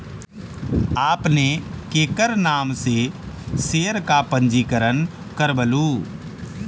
आपने केकर नाम से शेयर का पंजीकरण करवलू